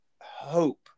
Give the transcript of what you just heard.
hope